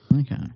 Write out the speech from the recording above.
Okay